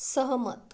सहमत